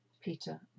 Peter